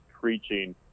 preaching